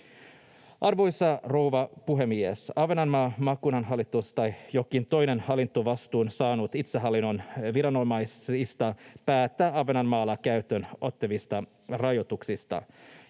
Arvoisa rouva puhemies! Ahvenanmaan maakunnan hallitus tai jokin toinen hallintovastuun saanut itsehallinnon viranomainen päättää Ahvenanmaalla käyttöön otettavista rajoituksista.